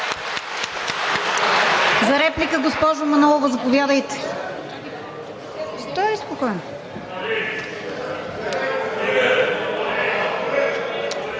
За реплика, госпожо Манолова, заповядайте.